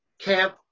camp